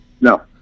No